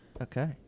okay